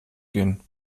gehen